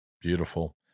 Beautiful